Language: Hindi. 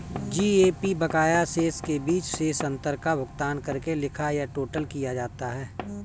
जी.ए.पी बकाया शेष के बीच शेष अंतर का भुगतान करके लिखा या टोटल किया जाता है